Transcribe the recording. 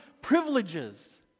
privileges